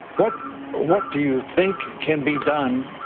what what do you think can be done,